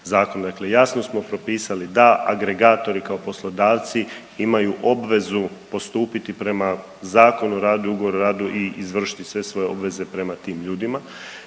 Dakle, jasno smo propisali da agregatori kao poslodavci imaju obvezu postupiti prema Zakonu o radu i ugovoru u radu i izvršiti sve svoje obveze prema tim ljudima.